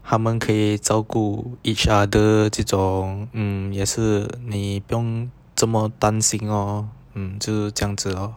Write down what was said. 他们可以照顾 each other 这种 mm 也是你不用这么担心 lor mm 就是这样子 lor